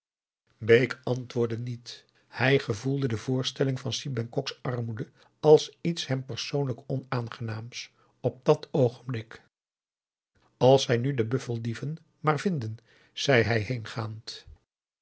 bake antwoordde niet hij gevoelde de voorstelling van si bengkoks armoede als iets hem persoonlijk onaangenaams op dat oogenblik als zij nu de buffeldieven maar vinden zei hij